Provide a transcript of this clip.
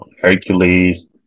Hercules